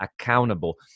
accountable